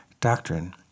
doctrine